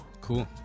Cool